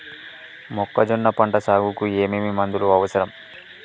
మొక్కజొన్న పంట సాగుకు ఏమేమి మందులు అవసరం?